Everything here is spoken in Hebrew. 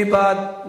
מי בעד?